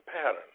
pattern